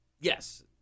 Yes